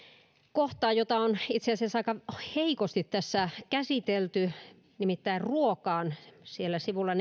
kohtaan jota on itse asiassa aika heikosti tässä käsitelty nimittäin ruokaan siellä sivulla